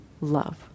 love